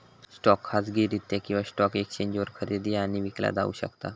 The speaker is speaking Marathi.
स्टॉक खाजगीरित्या किंवा स्टॉक एक्सचेंजवर खरेदी आणि विकला जाऊ शकता